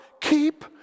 Keep